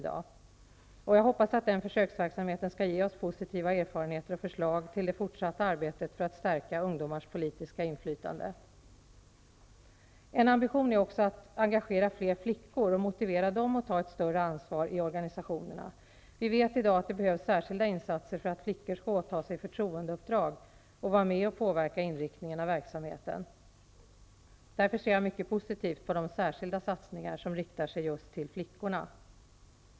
Jag hoppas att denna försöksverksamhet skall ge oss positiva erfarenheter och förslag till det fortsatta arbetet för att stärka ungdomars politiska inflytande. En ambition är att engagera fler flickor och motivera dem att ta ett större ansvar i organisationerna. Vi vet i dag att det behövs särskilda insatser för att flickor skall åta sig förtroendeuppdrag och vara med och påverka inriktningen av verksamheten. Därför ser jag mycket positivt på de särskilda satsningar som riktar sig till flickorna.